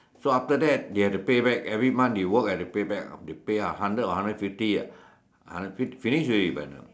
so after that he have to pay back every month you work have to pay back they pay hundred or hundred and fifty ah finish already by now